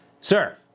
Sir